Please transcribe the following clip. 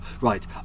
Right